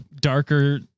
darker